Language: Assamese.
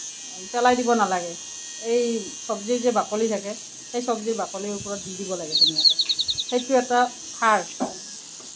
পেলাই দিব নালাগে এই চব্জিৰ যে বাকলি থাকে সেই চব্জিৰ বাকলিৰ ওপৰত দি দিব লাগে ধুনীয়াকে সেইটো এটা সাৰ